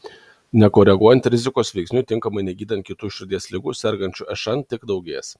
nekoreguojant rizikos veiksnių tinkamai negydant kitų širdies ligų sergančiųjų šn tik daugės